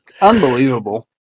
Unbelievable